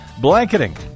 Blanketing